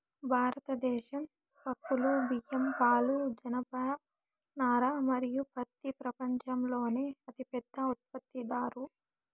భారతదేశం పప్పులు, బియ్యం, పాలు, జనపనార మరియు పత్తి ప్రపంచంలోనే అతిపెద్ద ఉత్పత్తిదారు